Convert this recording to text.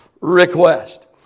request